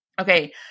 Okay